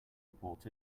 report